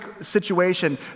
situation